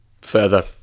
further